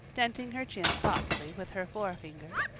denting her chin thoughtfully with her forefinger.